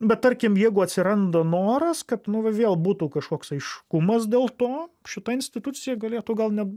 bet tarkim jeigu atsiranda noras kad nu va vėl būtų kažkoks aiškumas dėl to šita institucija galėtų gal ne